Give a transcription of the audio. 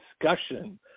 discussion